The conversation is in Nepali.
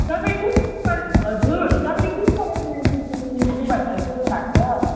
तपाईँ कुन चाहिँ कलेज हजुर तपाईँले कुन कलेजमा एडमिसन लिन्छु भनेर सोच्नु भएको छ